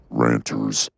ranters